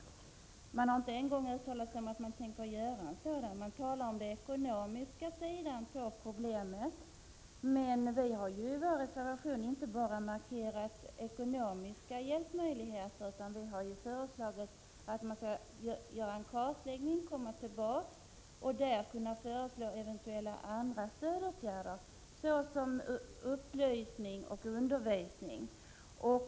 Man har inte sagt att man tänker göra en sådan. Det talas om problemets ekonomiska sida, men vi har ju i vår reservation markerat inte bara ekonomiska hjälpmöjligheter. Vi har ju föreslagit att man skall göra en kartläggning och komma tillbaka och eventuellt föreslå andra stödåtgärder såsom upplysning och undervisning.